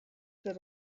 that